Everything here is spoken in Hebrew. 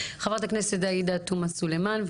חברת הכנסת עאידה תומא סלימאן.